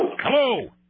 Hello